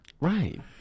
Right